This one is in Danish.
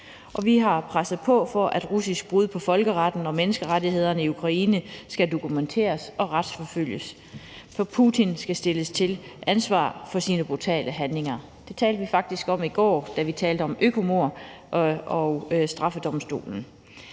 Vi har presset på for, at russisk brud på folkeretten og menneskerettighederne i Ukraine skal dokumenteres og retsforfølges, for Putin skal stilles til ansvar for sine brutale handlinger. Det talte vi faktisk om i går, da vi talte om økomord og straffedomstolen.